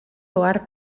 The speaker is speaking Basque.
ohar